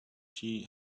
she